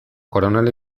koronel